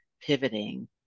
pivoting